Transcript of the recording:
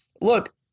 look